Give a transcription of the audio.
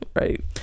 right